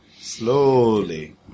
Slowly